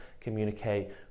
communicate